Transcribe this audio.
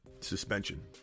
suspension